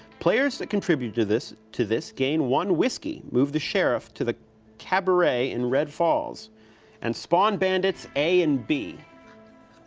players that contributed to this to this gain one whiskey. move the sheriff to the cabaret in red falls and spawn bandits a and b.